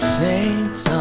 saints